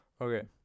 Okay